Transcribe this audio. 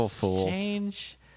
change